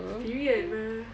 period bro